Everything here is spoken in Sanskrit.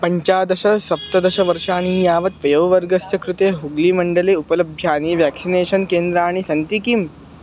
पञ्चादश सप्तदशवर्षाणि यावत् वयोवर्गस्य कृते हुग्लिमण्डले उपलभ्यानि व्याक्सिनेषन् केन्द्राणि सन्ति किम्